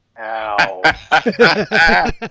Ow